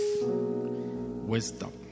wisdom